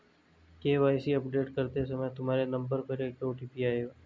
KYC update करते समय तुम्हारे नंबर पर एक ओ.टी.पी आएगा